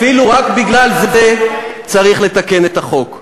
אפילו רק בגלל זה צריך לתקן את החוק.